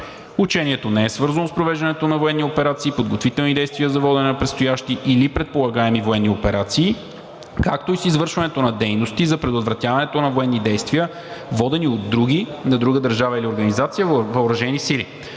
Учението не е свързано с провеждането на военни операции, подготвителни действия за водене на предстоящи или предполагаеми военни операции, както и с извършването на дейности за предотвратяването на военни действия, водени от други – на друга държава или организация, въоръжени сили.